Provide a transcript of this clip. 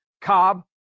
Cobb